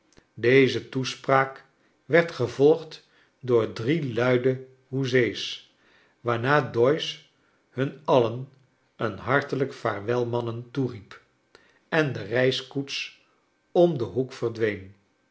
deze toespraak werd gevolgd door drie luide hoezee's waarna doyce hun alien een hartelijk vaarwel niannen i toeriep en de reiskoets om den hoek verdween